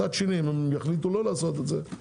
מצד שני אם יחליטו לא לעשות את זה,